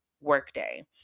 workday